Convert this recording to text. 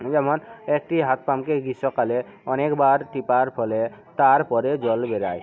যেমন একটি হাত পাম্পকে গ্রীষ্মকালে অনেকবার টেপার ফলে তারপরে জল বেরয়